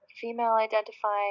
female-identifying